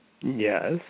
yes